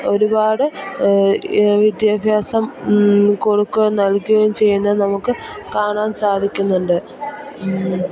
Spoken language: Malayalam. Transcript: ഒരുപാട് വിദ്യാഭ്യാസം കൊടുക്കുകയും നൽകുകയും ചെയ്യുന്നത് നമുക്ക് കാണാൻ സാധിക്കുന്നുണ്ട്